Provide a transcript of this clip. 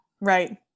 right